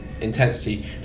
intensity